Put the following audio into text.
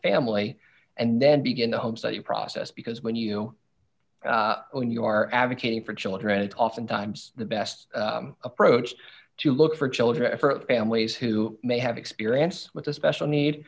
family and then begin the home study process because when you when you are advocating for children it's oftentimes the best approach to look for children for families who may have experience with a special need